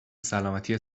سلامتی